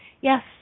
Yes